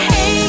Hey